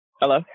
Hello